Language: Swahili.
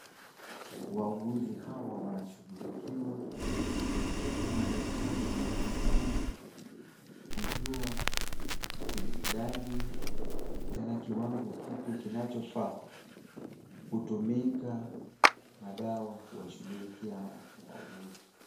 Wauguzi hawa wanashughulikiwa, huku madaktari wanapambana kujua idadi tena kiwango kipi kinachofaa kutumika na dawa kuwashughulikia hawa wauguzi.